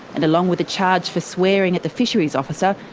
and along with a charge for swearing at the fisheries officer,